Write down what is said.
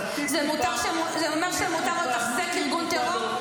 זה אומר שמותר לתחזק ארגון טרור?